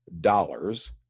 dollars